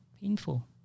painful